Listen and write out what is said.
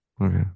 Okay